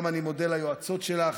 אני גם מודה ליועצות שלך,